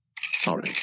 Sorry